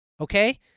Okay